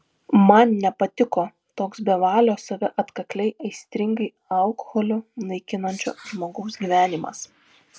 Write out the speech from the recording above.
man nepatiko toks bevalio save atkakliai aistringai alkoholiu naikinančio žmogaus gyvenimas